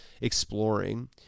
exploring